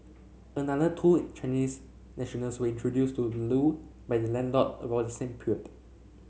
another two Chinese nationals were introduced to Loo by their landlord around the same period